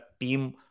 team